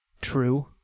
True